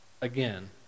again